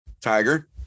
tiger